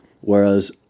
whereas